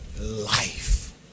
life